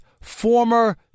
former